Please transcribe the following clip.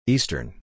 Eastern